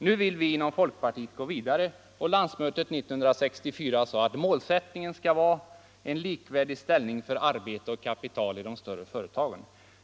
Nu vill vi inom folkpartiet gå vidare och landsmötet 1974 slog fast att målsättningen skall vara en likvärdig ställning för arbete och kapital i de större företagen.